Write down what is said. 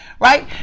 Right